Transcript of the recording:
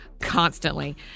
Constantly